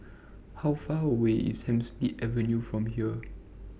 How Far away IS Hemsley Avenue from here